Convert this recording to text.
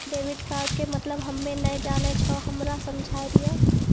Debit card के मतलब हम्मे नैय जानै छौ हमरा समझाय दियौ?